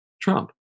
Trump